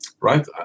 right